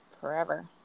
forever